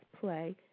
play